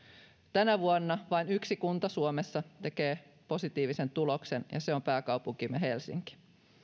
tänä vuonna vain yksi kunta suomessa tekee positiivisen tuloksen ja se on pääkaupunkimme helsinki